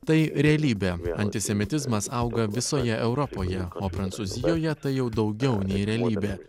tai realybė antisemitizmas auga visoje europoje prancūzijoje tai jau daugiau nei realybė